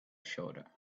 shoulder